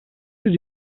did